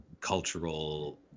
cultural